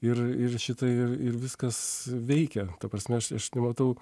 ir ir šitą ir viskas veikia ta prasme aš nematau